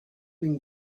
been